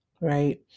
right